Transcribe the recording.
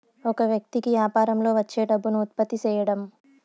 ఒక వ్యక్తి కి యాపారంలో వచ్చే డబ్బును ఉత్పత్తి సేయడం